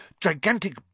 gigantic